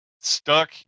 stuck